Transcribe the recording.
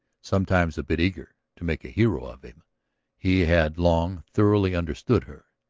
sometimes a bit eager, to make a hero of him he had long thoroughly understood her.